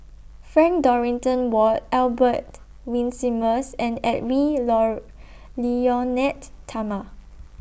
Frank Dorrington Ward Albert Winsemius and Edwy Lyonet Talma